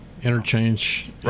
Interchange